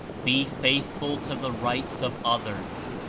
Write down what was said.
be faithful to the rights of others.